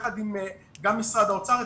גם יחד עם משרד האוצר,